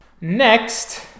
Next